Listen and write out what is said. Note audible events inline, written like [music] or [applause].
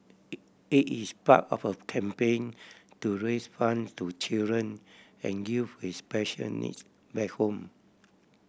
[unintelligible] it is part of a campaign to raise fund to children and youth with special needs back home